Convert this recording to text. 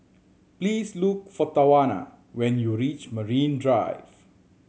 please look for Tawana when you reach Marine Drive